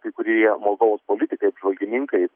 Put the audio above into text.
kai kurie moldovos politikai apžvalgininkai